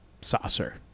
saucer